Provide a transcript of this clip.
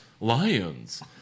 Lions